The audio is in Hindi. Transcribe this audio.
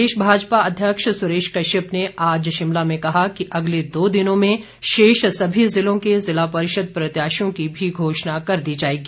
प्रदेश भाजपा अध्यक्ष सुरेश कश्यप ने आज शिमला में कहा कि अगले दो दिनों में शेष सभी जिलों के जिला परिषद प्रत्याशियों की भी घोषणा कर दी जाएगी